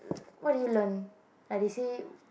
what did you learn like they say